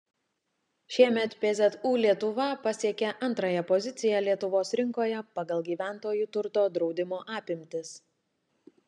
šiemet pzu lietuva pasiekė antrąją poziciją lietuvos rinkoje pagal gyventojų turto draudimo apimtis